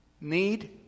need